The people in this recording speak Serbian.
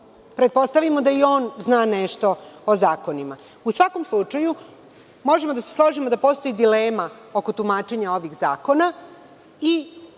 Pretpostavimo da i on zna nešto o zakonima.U svakom slučaju, možemo da se složimo da postoji dilema oko tumačenja ovih zakona i